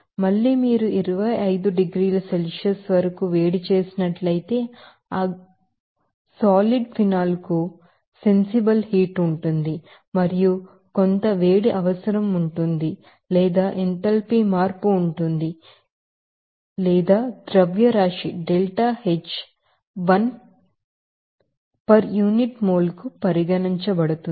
మళ్లీ మీరు 25 డిగ్రీల సెల్సియస్ వరకు వేడి చేసినట్లయితే ఆ సాలిడ్ ఫినాల్ కు సెన్సిబిల్ హీట్ ఉంటుంది మరియు కొంత వేడి అవసరం ఉంటుంది లేదా ఎంథాల్పీ మార్పు ఉంటుంది ఇది delta H one perunit moles గా పరిగణించబడుతుంది